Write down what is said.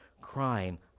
crying